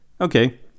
Okay